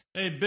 Hey